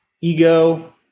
ego